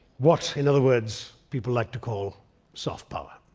what, in other words, people like to call soft power.